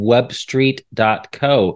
Webstreet.co